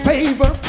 Favor